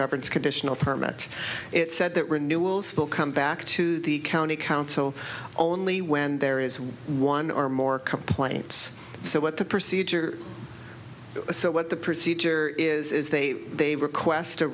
governs conditional format it said that renewals bill come back to the county council only when there is one or more complaints so what the procedure so what the procedure is is they they request a